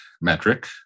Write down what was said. metric